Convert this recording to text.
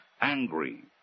angry